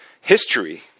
history